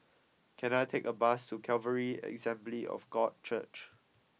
can I take a bus to Calvary Assembly of God Church